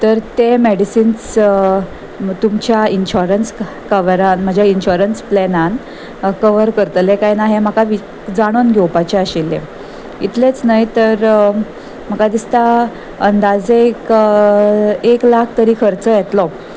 तर ते मॅडिसिन्स तुमच्या इन्शरन्स कवरान म्हज्या इन्शुरन्स प्लॅनान कवर करतले काय ना हें म्हाका जाणून घेवपाचें आशिल्लें इतलेंच न्हय तर म्हाका दिसता अंदाजे एक लाख तरी खर्च येतलो